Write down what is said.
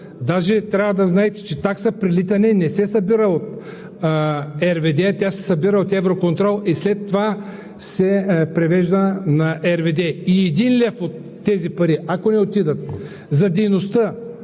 Даже трябва да знаете, че такса „Прелитане“ не се събира от РВД, а се събира от „Евроконтрол“ и след това се превежда на РВД. И един лев от тези пари, ако не отидат за дейността,